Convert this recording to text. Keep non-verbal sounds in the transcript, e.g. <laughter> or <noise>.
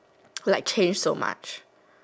<noise> like change so much